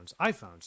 iphones